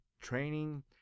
training